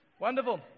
Wonderful